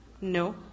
No